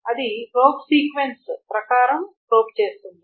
అది probe sequence ప్రకారం probe చేస్తుంది